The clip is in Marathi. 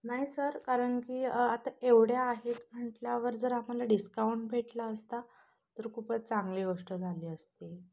नाही सर कारण की आता एवढ्या आहेत म्हटल्यावर जर आम्हाला डिस्काउंट भेटला असता तर खूपच चांगली गोष्ट झाली असती